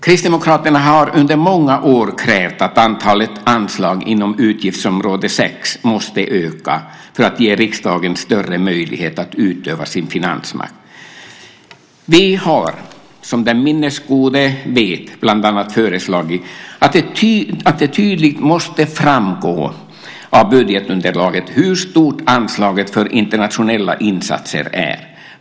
Kristdemokraterna har under många år krävt att antalet anslag inom utgiftsområde 6 måste öka för att ge riksdagen större möjlighet att utöva sin finansmakt. Vi har som den minnesgode vet bland annat föreslagit att det tydligt måste framgå av budgetunderlaget hur stort anslaget för internationella insatser är.